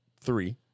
three